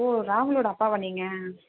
ஓ ராகுலோட அப்பாவா நீங்கள்